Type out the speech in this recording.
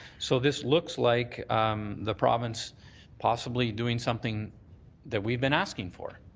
so this looks like the province possibly doing something that we've been asking for.